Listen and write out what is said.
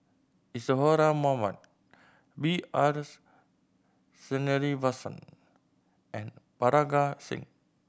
Isadhora Mohamed B R Sreenivasan and Parga Singh